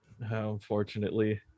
Unfortunately